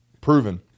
proven